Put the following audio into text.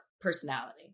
personality